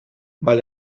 mal